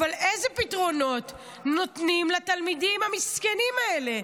אילו פתרונות נותנים לתלמידים המסכנים האלה,